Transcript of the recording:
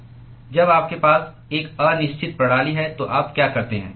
जब आपके पास एक अनिश्चित प्रणाली है तो आप क्या करते हैं